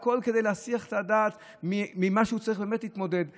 והכול כדי להסיח את הדעת ממה שהוא צריך באמת להתמודד איתו,